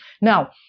Now